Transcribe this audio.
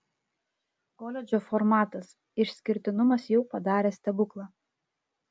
koledžo formatas išskirtinumas jau padarė stebuklą